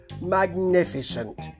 magnificent